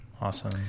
Awesome